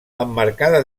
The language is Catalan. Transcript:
emmarcada